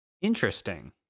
interesting